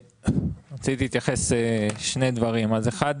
רציתי להתייחס לשני דברים: ראשית,